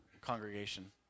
congregation